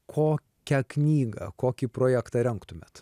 kokią knygą kokį projektą rengtumėt